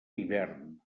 hivern